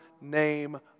name